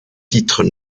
titres